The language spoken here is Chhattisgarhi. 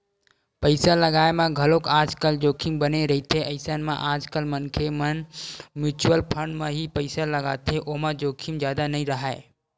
पइसा लगाय म घलोक आजकल जोखिम बने रहिथे अइसन म आजकल मनखे मन म्युचुअल फंड म ही पइसा लगाथे ओमा जोखिम जादा नइ राहय